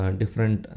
different